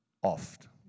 oft